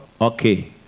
okay